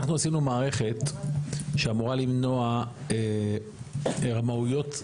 אנחנו עשינו מערכת שאמורה למנוע רמאויות ברכב,